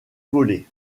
volés